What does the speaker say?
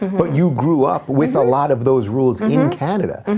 but you grew up with a lot of those rules in canada. and